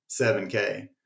7K